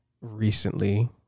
recently